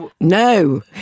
no